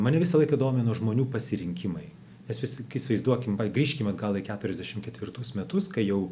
mane visą laiką domino žmonių pasirinkimai nes visi įsivaizduokim grįžkim atgal į keturiasdešimt ketvirtus metus kai jau